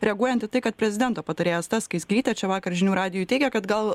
reaguojant į tai kad prezidento patarėja asta skaisgirytė čia vakar žinių radijui teigė kad gal